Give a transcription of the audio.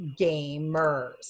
gamers